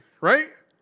right